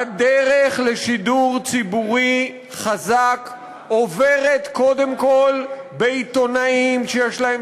הדרך לשידור ציבורי חזק עוברת קודם כול בעיתונאים שיש להם